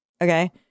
okay